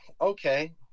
Okay